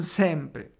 sempre